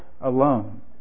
alone